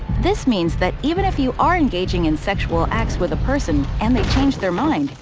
this means that even if you are engaging in sexual acts with a person and they change their mind,